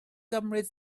gymryd